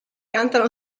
cantano